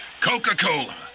Coca-Cola